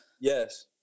Yes